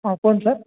ହଁ କୁହନ୍ତୁ ସାର୍